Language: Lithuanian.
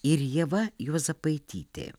ir ieva juozapaitytė